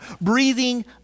Breathing